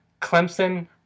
Clemson